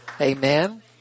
Amen